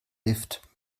lift